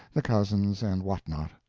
the cousins and what not.